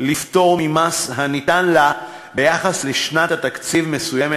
לפטור ממס הניתן לה ביחס לשנת תקציב מסוימת,